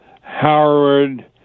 Howard